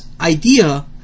idea